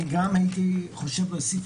אני גם מציע להוסיף